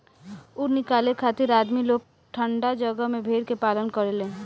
ऊन निकाले खातिर आदमी लोग ठंडा जगह में भेड़ के पालन करेलन